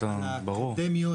מדובר על האקדמיות,